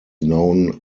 known